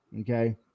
Okay